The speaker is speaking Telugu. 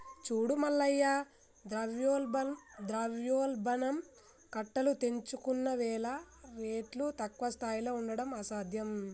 చూడు మల్లయ్య ద్రవ్యోల్బణం కట్టలు తెంచుకున్నవేల రేట్లు తక్కువ స్థాయిలో ఉండడం అసాధ్యం